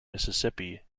mississippi